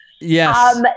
Yes